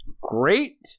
Great